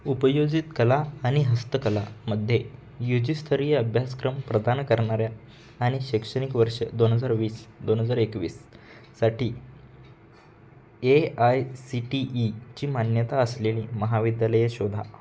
उपयोजित कला आणि हस्तकलामध्ये यू जी स्तरीय अभ्यासक्रम प्रदान करणाऱ्या आणि शैक्षणिक वर्ष दोन हजार वीस दोन हजार एकवीस साठी ए आय सी टी ईची मान्यता असलेली महाविद्यालये शोधा